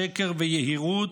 שקר ויהירות,